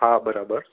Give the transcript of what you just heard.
હા બરાબર